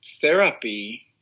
therapy